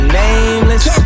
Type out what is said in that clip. nameless